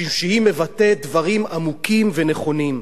משום שהיא מבטאת דברים עמוקים ונכונים.